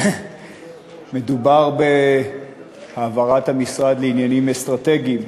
מדובר בהעברת המשרד לעניינים אסטרטגיים.